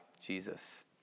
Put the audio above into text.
Jesus